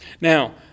Now